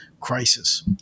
crisis